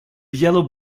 yellow